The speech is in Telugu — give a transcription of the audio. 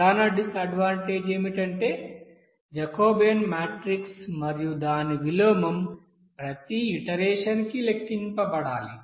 ప్రధాన డిస్ అడ్వాంటేజెస్ ఏమిటంటే జాకోబియన్ మాట్రిక్ మరియు దాని విలోమం ప్రతి ఇటరేషన్ నికి లెక్కించబడాలి